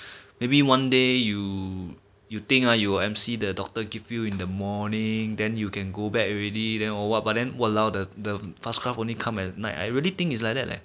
maybe one day you you think ah you M_C the doctor give you in the morning then you can go back already then or what but then !walao! the the fast craft only come at night you really think is like that leh